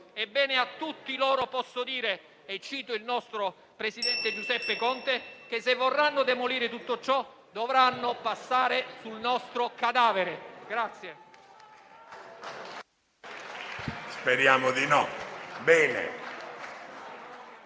a tutti loro posso dire - cito il nostro presidente Giuseppe Conte - che se vorranno demolire tutto ciò dovranno passare sul nostro cadavere.